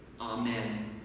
Amen